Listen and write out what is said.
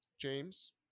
James